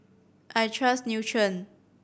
I trust Nutren